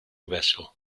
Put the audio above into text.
vessel